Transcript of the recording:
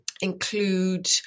include